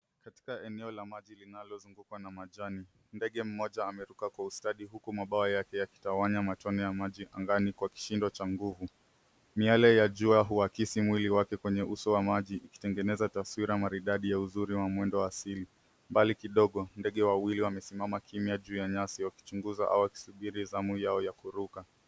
Katika eneo la maji linalozungukwa na majani. Ndege mmoja ameruka kwa ustadi huku mabawa yake yakitawanya matone ya maji angani kwa kishindo cha nguvu. Miale ya jua huakisi mwili wake kwenye uso wa maji ikitengeneza tafswira maridadi ya uzuri wa mwendo wa asili. Mbali kidogo, ndege wawili wamesimama kimia juu ya maji wakichunguza au wakisubiri zamu yao..